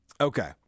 Okay